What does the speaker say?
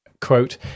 quote